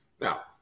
Now